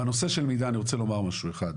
בנושא של מידע אני רוצה לומר משהו אחד,